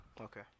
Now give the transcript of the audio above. Okay